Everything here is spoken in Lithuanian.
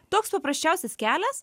toks paprasčiausias kelias